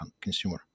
consumer